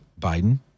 Biden